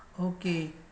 Okay